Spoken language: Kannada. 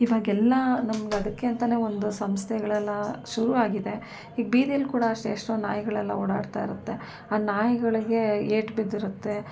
ಇವಾಗೆಲ್ಲಾ ನಮ್ಗೆ ಅದಕ್ಕೆ ಅಂತಲೇ ಒಂದು ಸಂಸ್ಥೆಗಳೆಲ್ಲ ಶುರು ಆಗಿದೆ ಈಗ ಬೀದಿಯಲ್ಲಿ ಕೂಡ ಅಷ್ಟೇ ಎಷ್ಟೊಂದು ನಾಯಿಗಳೆಲ್ಲ ಓಡಾಡ್ತಾ ಇರುತ್ತೆ ಆ ನಾಯಿಗಳಿಗೆ ಏಟು ಬಿದ್ದಿರುತ್ತೆ